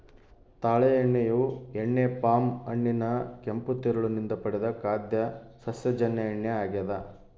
ತಾಳೆ ಎಣ್ಣೆಯು ಎಣ್ಣೆ ಪಾಮ್ ಹಣ್ಣಿನ ಕೆಂಪು ತಿರುಳು ನಿಂದ ಪಡೆದ ಖಾದ್ಯ ಸಸ್ಯಜನ್ಯ ಎಣ್ಣೆ ಆಗ್ಯದ